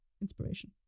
inspiration